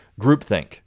groupthink